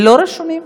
לא רשומים?